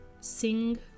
sing